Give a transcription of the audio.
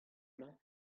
mañ